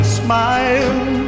smile